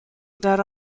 there